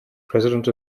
president